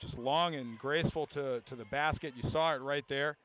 just long and graceful to the basket you saw it right there